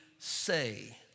say